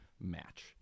match